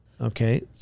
Okay